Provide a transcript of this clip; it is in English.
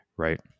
Right